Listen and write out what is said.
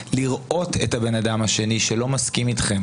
לראות את הבן אדם השני שלא מסכים איתכם